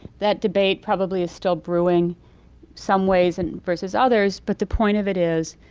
that debate probably is still brewing some ways and versus others but the point of it is,